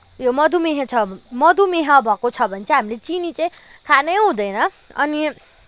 यो मधुमेह छ मधुमेह भएको छ भने चाहिँ हामीले चिनी चाहिँ खानै हुँदैन अनि